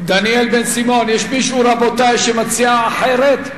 דניאל בן-סימון יש מישהו, רבותי, שמציע אחרת?